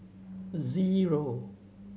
zero